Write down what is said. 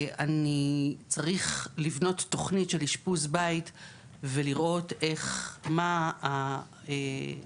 צריך לבנות תוכנית של אשפוז בית ולראות מה יחסי